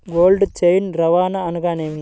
Cold chain రవాణా అనగా నేమి?